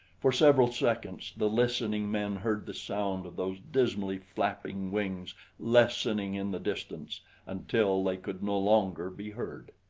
for several seconds the listening men heard the sound of those dismally flapping wings lessening in the distance until they could no longer be heard.